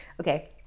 okay